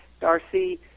Darcy